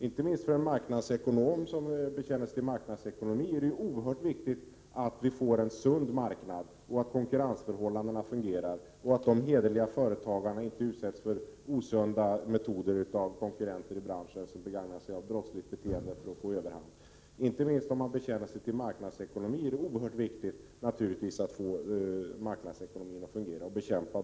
Inte minst för en som bekänner sig till marknadsekonomin är det oerhört viktigt att få en sund marknad och att konkurrensförhållandena fungerar, så att de hederliga företagarna inte utsätts för osunda metoder från konkurrenter i branschen som begagnar sig av brottsligt beteende för att få ett övertag.